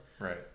Right